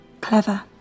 Clever